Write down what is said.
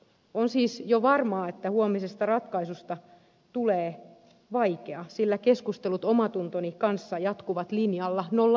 on siis jo varmaa että huomisesta ratkaisusta tulee vaikea sillä keskustelut omatuntoni kanssa jatkuvat linjalla nollayksi